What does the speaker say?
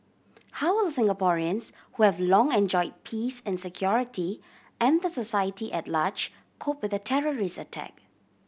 how will Singaporeans who have long enjoyed peace and security and the society at large cope with a terrorist attack